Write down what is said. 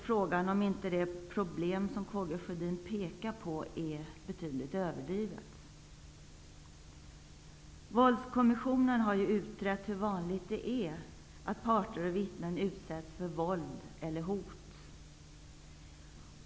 Frågan är om inte det problem som Karl Gustaf Sjödin pekar på är betydligt överdrivet. Våldskommissionen har utrett hur vanligt det är att parter och vittnen utsätts för våld eller hot.